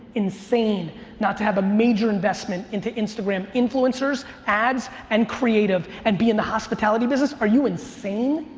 insane not to have a major investment into instagram, influencers, ads, and creative, and be in the hospitality business. are you insane?